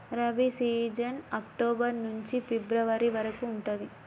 rabi season October నుంచి February వరకు ఉంటది